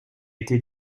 été